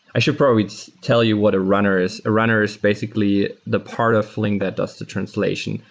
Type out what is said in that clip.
i should probably just tell you what a runner is. a runner is basically the part of flink that does the translation.